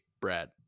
Brad